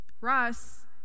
russ